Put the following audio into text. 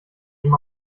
ihm